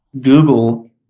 Google